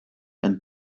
and